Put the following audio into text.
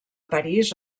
parís